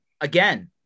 again